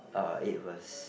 uh it was